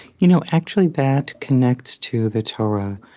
you know actually, that connects to the torah.